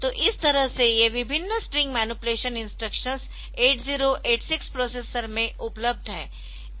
तो इस तरह से ये विभिन्न स्ट्रिंग मैनीपुलेशन इंस्ट्रक्शंस 8086 प्रोसेसर में उपलब्ध है